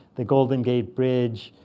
the golden gate bridge,